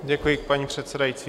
Děkuji, paní předsedající.